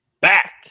back